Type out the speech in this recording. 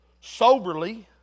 Soberly